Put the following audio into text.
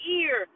ear